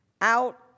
out